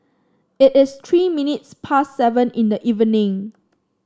it is three minutes past seven in the evening